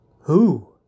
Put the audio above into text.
Who